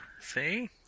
See